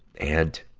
and,